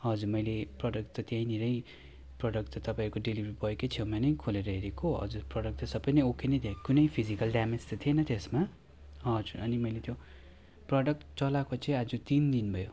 हजुर मैले प्रडक्ट त त्यहीँनिरै प्रडक्ट त तपाईँको डेलिभरी बोईकै छेउमा नै खोलेर हेरेको हजुर प्रडक्ट चाहिँ सबै नै आएके नै थियो कुनै फिजिकल डेमेज त थिएन त्यसमा हजुर अनि मैले त्यो प्रडक्ट चलाएको चाहिँ आज तिन दिन भयो